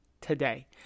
today